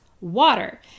water